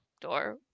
door